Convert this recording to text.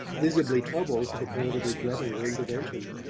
visibly troubled to the point of regretting her intervention.